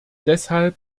deshalb